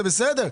זה בסדר.